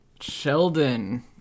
Sheldon